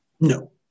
No